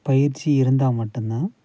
பயிற்சி இருந்தால் மட்டும்தான்